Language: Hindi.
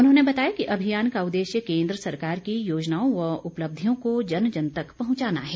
उन्होंने बताया कि अभियान का उद्श्य केंद्र सरकार की योजनाओं व उपलब्धियों को जन जन तक पहुंचाना है